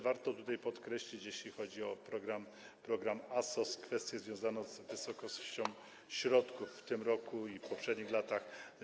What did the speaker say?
Warto tutaj podkreślić, jeśli chodzi o program ASOS, kwestię związaną z wysokością środków w tym roku i w poprzednich latach.